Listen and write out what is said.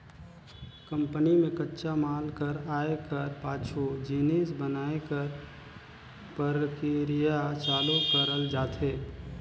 company में कच्चा माल कर आए कर पाछू जिनिस बनाए कर परकिरिया चालू करल जाथे